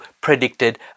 predicted